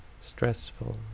stressful